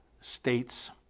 states